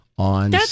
On